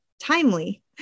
timely